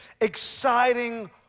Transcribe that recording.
exciting